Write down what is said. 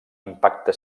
impacte